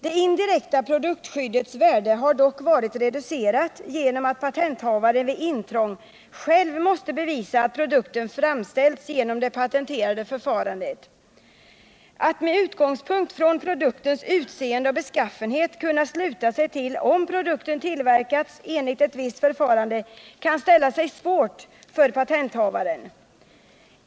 Det indirekta produktskyddets värde har dock varit reducerat genom att patenthavaren vid intrång själv måste bevisa att produkten framställts genom det patenterade förfarandet. Det kan ställa sig svårt för patenthavaren att med utgångspunkt i produktens utseende och beskaffenhet kunna sluta sig till om produkten tillverkats enligt ett visst förfarande.